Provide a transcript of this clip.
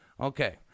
Okay